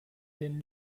den